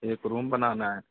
एक रूम बनाना है